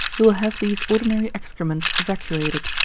he will have these ordinary excrements evacuated.